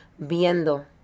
viendo